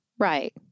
Right